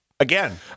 Again